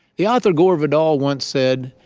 the author gore vidal once said,